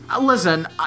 Listen